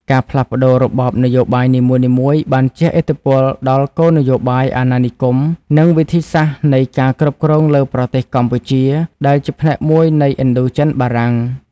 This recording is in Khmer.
ការផ្លាស់ប្ដូររបបនយោបាយនីមួយៗបានជះឥទ្ធិពលដល់គោលនយោបាយអាណានិគម និងវិធីសាស្រ្តនៃការគ្រប់គ្រងលើប្រទេសកម្ពុជា ដែលជាផ្នែកមួយនៃឥណ្ឌូចិនបារាំង។